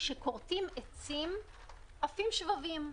כשכורתים עצים עפים שבבים,